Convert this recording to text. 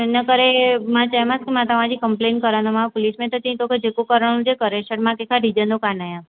इनकरे मां चयोमांसि की मां तव्हांजी कम्प्लेन करंदीमांव पुलिस में त चयईं तोखे जेको करणो हुजे करे छॾ मां कंहिं खां डिॼंदो कान आहियां